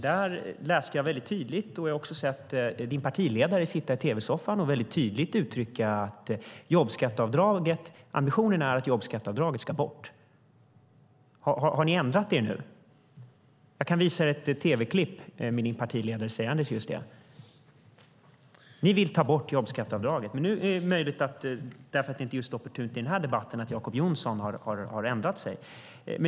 Där läste jag väldigt tydligt - och jag har också sett din partiledare sitta i tv-soffan och väldigt tydligt uttrycka detta - att ambitionen är att jobbskatteavdraget ska bort. Har ni ändrat er nu? Jag kan visa er ett tv-klipp med din partiledare sägande just det. Ni vill ta bort jobbskatteavdraget. Nu är det möjligt att Jacob Johnson har ändrat sig, eftersom detta inte är opportunt i just denna debatt.